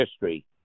history